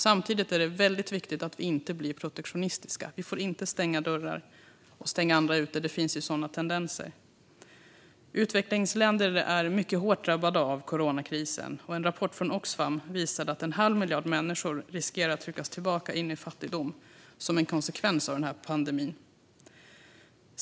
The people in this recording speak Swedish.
Samtidigt är det väldigt viktigt att vi inte blir protektionistiska. Vi får inte stänga dörrar och stänga andra ute. Det finns sådana tendenser. Utvecklingsländer är mycket hårt drabbade av coronakrisen. En rapport från Oxfam visar att en halv miljard människor riskerar att tryckas tillbaka in i fattigdom som en konsekvens av pandemin.